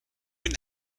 can